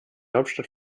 hauptstadt